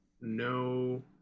no